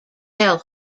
tell